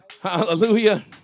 Hallelujah